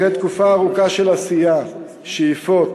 אחרי תקופה ארוכה של עשייה, שאיפות,